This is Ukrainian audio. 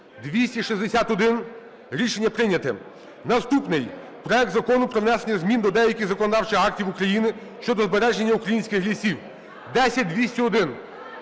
За-261 Рішення прийнято. Наступний проект Закону про внесення змін до деяких законодавчих актів України щодо збереження українських лісів (10201),